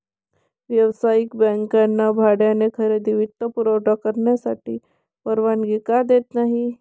व्यावसायिक बँकांना भाड्याने खरेदी वित्तपुरवठा करण्याची परवानगी का देत नाही